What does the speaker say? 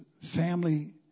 family